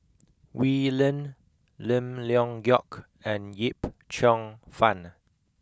Wee Lin Lim Leong Geok and Yip Cheong Fun